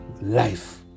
life